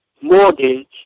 mortgage